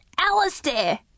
alistair